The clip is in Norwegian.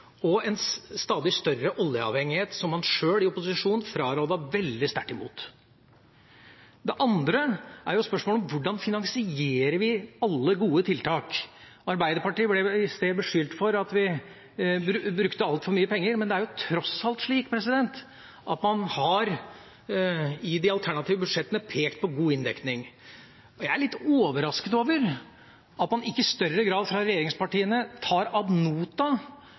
og en stadig større oljeavhengighet, som en sjøl i opposisjon frarådet veldig sterkt. Det andre er spørsmålet om hvordan vi finansierer alle gode tiltak. Arbeiderpartiet ble i sted beskyldt for at vi brukte altfor mye penger, men det er tross alt slik at man i de alternative budsjettene har pekt på god inndekning. Jeg er litt overrasket over at man ikke i større grad fra regjeringspartiene tar